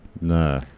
No